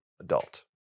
adult